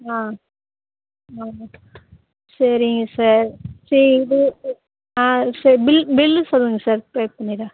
ஆ ஆமாம் சரிங்க சார் சரி இது ஆ சார் பில் பில்லு சொல்லுங்கள் சார் பே பண்ணிடுறேன்